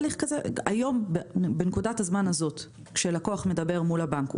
היום בנקודת הזמן הזאת כשלקוח מדבר מול הבנק,